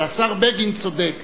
אבל השר בגין צודק